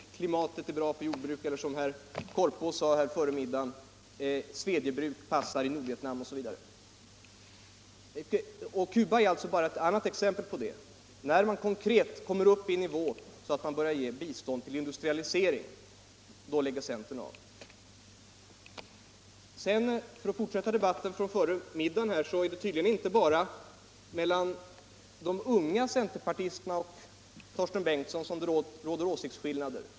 Deras klimat är bra för jordbruk — eller som herr Korpås sade före middagsuppehållet: Svedjebruk passar i Nordvietnam osv. Cuba är bara ett annat exempel på det förhållandet att centern inte längre vill vara med när man konkret börjar komma upp till en nivå där det blir fråga om bistånd till industrialisering. För att fortsätta förmiddagens debatt vill jag säga att det tydligen inte bara är mellan de unga centerpartisterna och Torsten Bengtson som det råder åsiktsskillnader.